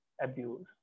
abuse